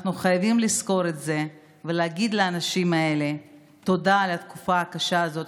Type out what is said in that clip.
אנחנו חייבים לזכור את זה ולהגיד לאנשים האלה תודה על התקופה הקשה הזאת,